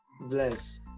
Bless